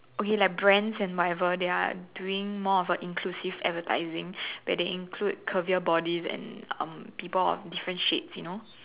okay like brands and whatever they're doing more of a inclusive advertising where they include curvier bodies and um people of different shapes you know